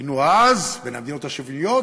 היינו אז בין המדינות השוויוניות,